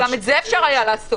גם את זה אפשר היה לעשות.